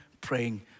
praying